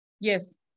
Yes